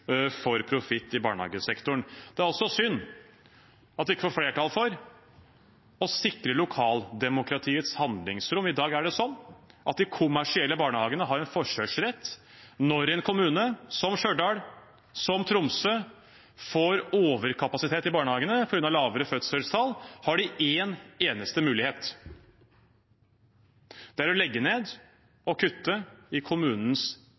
for profitt i barnehagesektoren. Det er også synd at vi ikke får flertall for å sikre lokaldemokratiets handlingsrom. I dag er det sånn at de kommersielle barnehagene har en forkjørsrett. Når kommuner som Stjørdal og Tromsø får overkapasitet i barnehagene på grunn av lavere fødselstall, har de én eneste mulighet, og det er å legge ned og kutte i kommunens